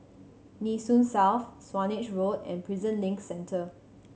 Nee Soon South Swanage Road and Prison Link Centre